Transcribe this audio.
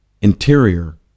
interior